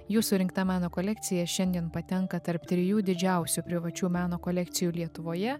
jų surinkta meno kolekcija šiandien patenka tarp trijų didžiausių privačių meno kolekcijų lietuvoje